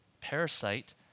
Parasite